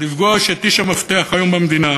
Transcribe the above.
לפגוש את איש המפתח היום במדינה,